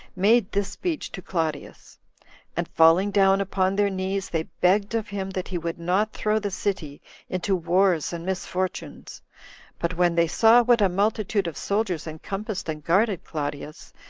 made this speech to claudius and falling down upon their knees, they begged of him that he would not throw the city into wars and misfortunes but when they saw what a multitude of soldiers encompassed and guarded claudius,